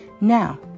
Now